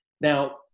Now